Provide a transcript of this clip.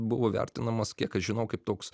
buvo vertinamas kiek aš žinau kaip toks